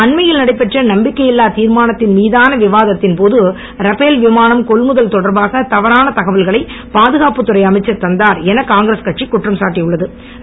அண்மையில் நடைபெற்ற நம்பிக்கை இல்லா தீர்மானத்தின் மீதான விவாதத்தின் போது ரபேல் விமானம் கொள்முதல் தொடர்பாக தவறான தகவல்களை பாதுகாப்புத்துறை அமைச்சர் தந்தார் என காங்கிரஸ் கட்சி குற்றம் சாட்டியுள்ள து